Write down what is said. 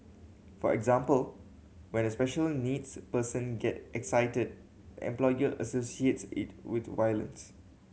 for example when a special needs person get excited employer associates it with violence